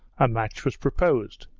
a match was proposed.